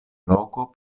loko